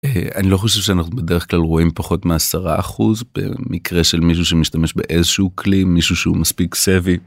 אני לא חושב שאנחנו בדרך כלל רואים פחות מעשרה אחוז במקרה של מישהו שמשתמש באיזשהו כלי מישהו שהוא מספיק סבי.